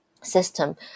system